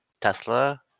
Tesla